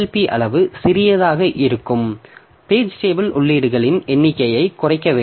B அளவு சிறியதாக இருக்கும் பேஜ் டேபிள் உள்ளீடுகளின் எண்ணிக்கையை குறைக்க வேண்டும்